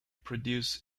produce